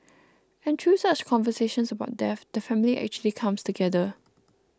and through such conversations about death the family actually comes together